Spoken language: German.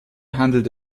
handelt